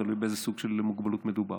תלוי באיזה סוג מוגבלות מדובר.